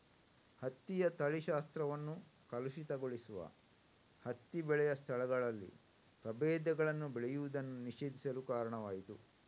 ಹತ್ತಿಯ ತಳಿಶಾಸ್ತ್ರವನ್ನು ಕಲುಷಿತಗೊಳಿಸುವ ಹತ್ತಿ ಬೆಳೆಯ ಸ್ಥಳಗಳಲ್ಲಿ ಪ್ರಭೇದಗಳನ್ನು ಬೆಳೆಯುವುದನ್ನು ನಿಷೇಧಿಸಲು ಕಾರಣವಾಯಿತು